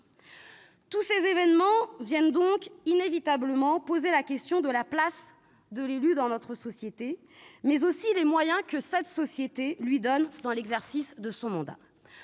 Tous ces événements viennent donc inévitablement poser la question de la place de l'élu dans notre société, mais aussi des moyens que cette société lui donne dans l'exercice de son mandat.